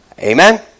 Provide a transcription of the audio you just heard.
Amen